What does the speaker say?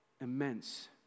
Immense